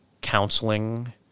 counseling